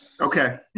okay